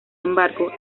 embargo